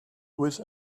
with